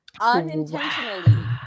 unintentionally